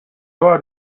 بار